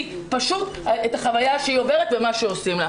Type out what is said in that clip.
אלא לראות את החוויה שהיא עוברת ומה שעושים לה.